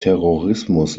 terrorismus